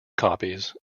copies